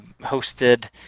hosted